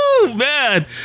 Man